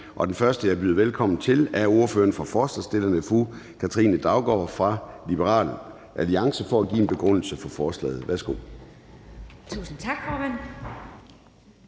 Den første, jeg byder velkommen til, er ordføreren for forslagsstillerne, fru Katrine Daugaard fra Liberal Alliance, for at give en begrundelse for forslaget.